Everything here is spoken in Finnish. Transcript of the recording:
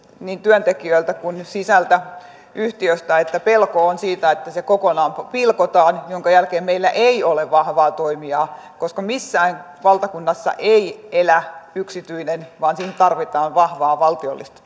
niin työntekijöiltä kuin yhtiöstä sisältä että pelko on siitä että se kokonaan pilkotaan minkä jälkeen meillä ei ole vahvaa toimijaa koska missään valtakunnassa ei elä yksityinen vaan siihen tarvitaan vahvaa valtiollista